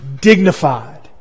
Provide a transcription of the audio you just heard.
dignified